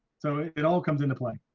so it all comes into play.